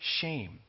shame